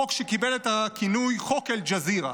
חוק שקיבל את הכינוי "חוק אל-ג'זירה".